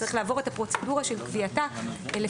צריך לעבור את הפרוצדורה של קביעתה לפי